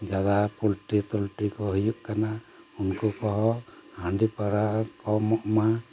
ᱡᱟᱫᱟ ᱯᱚᱞᱴᱨᱤ ᱛᱚᱞᱴᱨᱤ ᱠᱚ ᱦᱩᱭᱩᱜ ᱠᱟᱱᱟ ᱩᱱᱠᱩ ᱠᱚᱦᱚᱸ ᱦᱟᱺᱰᱤ ᱯᱟᱣᱨᱟᱹ ᱠᱚᱢᱚᱜ ᱢᱟ